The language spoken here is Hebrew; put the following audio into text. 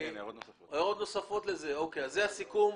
זה הסיכום.